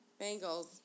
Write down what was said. Bengals